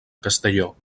castelló